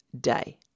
day